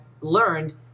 learned